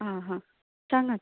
आं हां सांगात